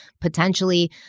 potentially